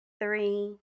three